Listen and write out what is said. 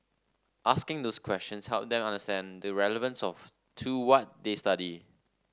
asking those questions helped them understand the relevance of to what they study